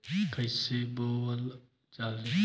कईसे बोवल जाले?